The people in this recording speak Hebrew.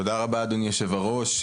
תודה רבה אדוני יושב הראש.